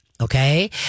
okay